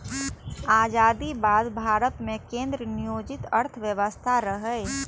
आजादीक बाद भारत मे केंद्र नियोजित अर्थव्यवस्था रहै